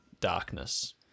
darkness